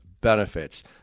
benefits